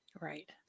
Right